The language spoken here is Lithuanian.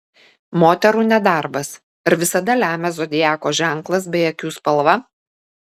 moterų nedarbas ar visada lemia zodiako ženklas bei akių spalva